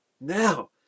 now